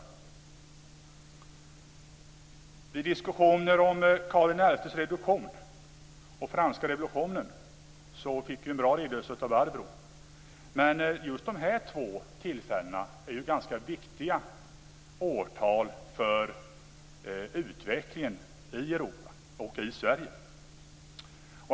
När det gäller diskussionerna om Karl XI:s reduktion och franska revolutionen fick vi en bra redogörelse av Barbro Andersson. Dessa två tillfällen är ju ganska viktiga för utvecklingen i Europa och Sverige.